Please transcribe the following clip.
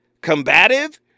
Combative